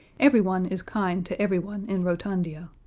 everyone is kind to everyone in rotundia,